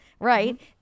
right